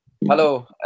Hello